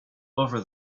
over